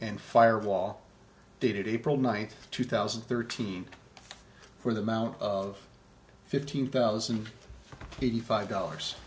and fire wall dated april ninth two thousand and thirteen for the amount of fifteen thousand and eighty five dollars